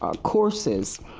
um courses,